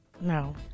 No